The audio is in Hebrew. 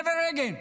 Never again,